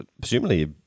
presumably